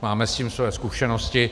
Máme s tím své zkušenosti.